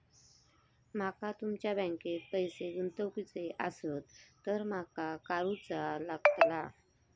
माका तुमच्या बँकेत पैसे गुंतवूचे आसत तर काय कारुचा लगतला?